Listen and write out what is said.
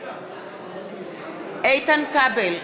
בעד איתן כבל,